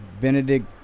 Benedict